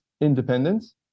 independence